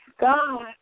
God